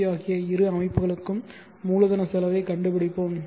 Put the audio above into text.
we ஆகிய இரு அமைப்புகளுக்கும் மூலதன செலவைக் கண்டுபிடிப்போம்